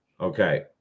Okay